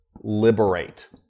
liberate